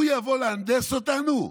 הוא יבוא להנדס אותנו?